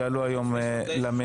יעלו היום למליאה.